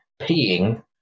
peeing